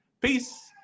Peace